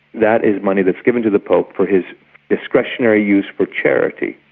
that is money that's given to the pope for his discretionary use for charity.